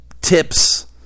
tips